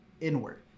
inward